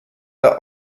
der